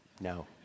no